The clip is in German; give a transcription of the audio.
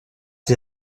die